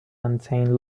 maintain